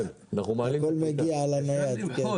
הכול מגיע לנייד.